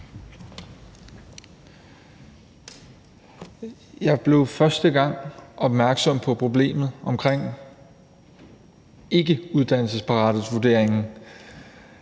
Jeg blev første gang opmærksom på problemet med hensyn til uddannelsesparathedsvurderingen,